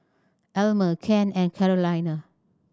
Elmer Ken and Carolina